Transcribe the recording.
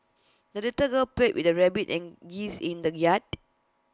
the little girl played with her rabbit and geese in the yard